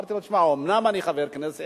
אמרתי לו: תשמע, אומנם אני חבר כנסת,